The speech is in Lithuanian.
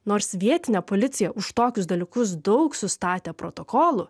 nors vietinė policija už tokius dalykus daug sustatė protokolų